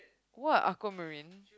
what Aquamarine